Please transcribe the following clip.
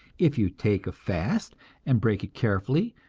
if you take a fast and break it carefully,